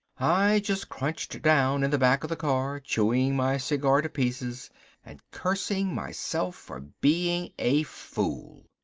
i just crunched down in the back of the car, chewing my cigar to pieces and cursing myself for being a fool.